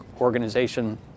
organization